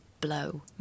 Blow